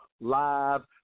live